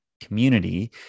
community